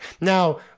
Now